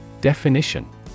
Definition